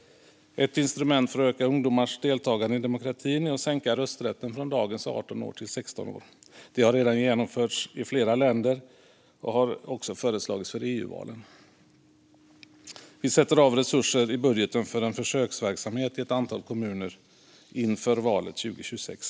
Ett instrument för att öka ungdomars deltagande i demokratin är att sänka rösträtten från dagens 18 år till 16 år. Det har redan genomförts i flera länder och också föreslagits för EU-val. Miljöpartiet vill sätta av resurser i budgeten för en försöksverksamhet i ett antal kommuner inför valet 2026.